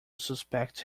suspect